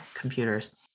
computers